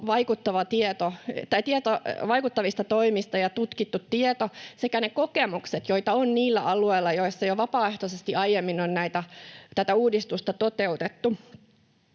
vaikuttavista toimista ja tutkittu tieto sekä ne kokemukset, joita on niillä alueilla, joissa jo vapaaehtoisesti aiemmin on tätä uudistusta toteutettu.